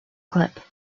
clip